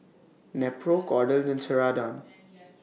Nepro Kordel's and Ceradan